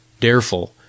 Dareful